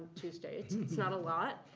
two states. it's not a lot.